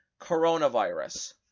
coronavirus